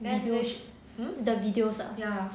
mm that's the videos ah